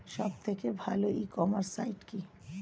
সব থেকে ভালো ই কমার্সে সাইট কী?